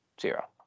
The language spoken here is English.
Zero